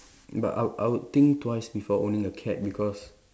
but I would I would think twice before owning a cat because